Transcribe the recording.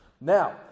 Now